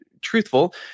truthful